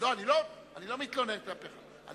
אני לא מתלונן כלפיך,